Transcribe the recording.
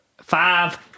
five